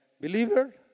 believer